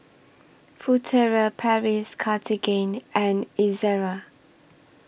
Furtere Paris Cartigain and Ezerra